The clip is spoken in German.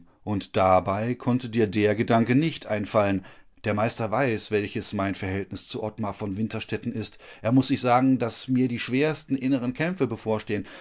und dabei konnte dir der gedanke nicht einfallen der meister weiß welches mein verhältnis zu ottmar von winterstetten ist er muß sich sagen daß mir die schwersten inneren kämpfe bevorstehen